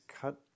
cut